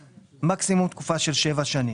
מקסימום תקופה שלך שבע שנים.